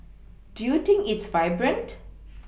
do you think it's vibrant